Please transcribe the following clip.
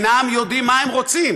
לא יודעים מה הם רוצים.